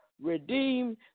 redeemed